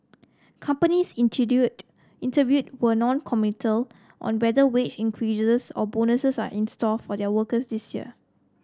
companies interviewed were noncommittal on whether wage increases or bonuses are in store for their workers this year